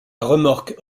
remorque